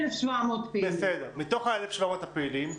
אוקיי, מתוך ה-1,700 הפעילים,